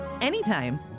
anytime